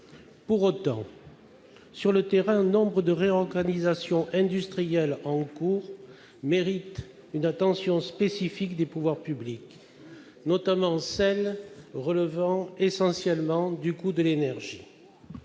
Pour autant, sur le terrain, nombre de réorganisations industrielles en cours méritent une attention spécifique des pouvoirs publics, notamment celles qui relèvent essentiellement du coût de l'énergie.